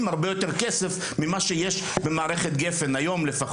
הרבה יותר כסף ממה שיש היום במערכת הגפ"ן.